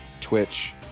Twitch